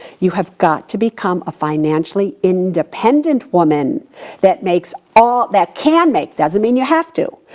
you have got to become a financially independent woman that makes all, that can make, doesn't mean you have to,